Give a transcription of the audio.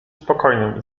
spokojnym